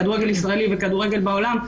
כדורגל ישראלי וכדורגל בעולם.